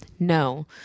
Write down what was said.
No